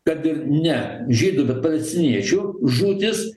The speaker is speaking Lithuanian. kad ir ne žydų bet palestiniečių žūtis